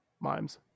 Mimes